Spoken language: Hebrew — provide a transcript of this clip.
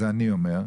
זה אני אומר,